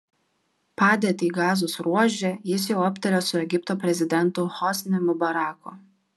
padėtį gazos ruože jis jau aptarė su egipto prezidentu hosni mubaraku